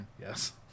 Yes